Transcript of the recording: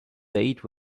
date